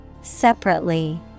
Separately